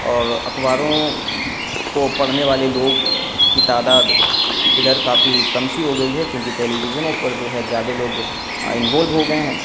اور اخباروں کو پڑھنے والے لوگ کی تعداد ادھر کافی کم سی ہو گئی ہے کیونکہ ٹیلی ویژنوں پر جو ہے زیادہ لوگ انوولو ہو گئے ہیں